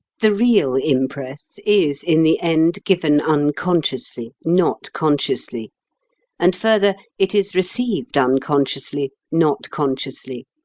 the real impress is, in the end, given unconsciously, not consciously and further, it is received unconsciously, not consciously.